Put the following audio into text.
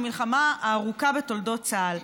המלחמה הארוכה בתולדות צה"ל.